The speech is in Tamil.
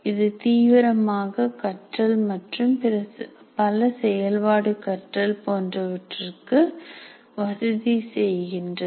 இது தீவிரமாக கற்றல் மற்றும் பல செயல்பாடு கற்றல் போன்றவற்றிற்கு வசதி செய்கின்றது